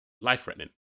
life-threatening